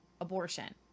abortion